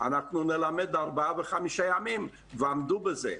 אנחנו נלמד ארבעה וחמישה ימים, ועמדו בזה.